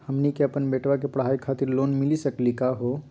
हमनी के अपन बेटवा के पढाई खातीर लोन मिली सकली का हो?